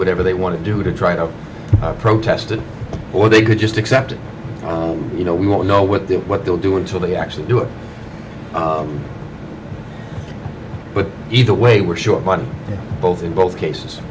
whatever they want to do to try to protest it or they could just accept you know we want to know what they what they'll do until they actually do it but either way we're short money both in both cases